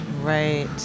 Right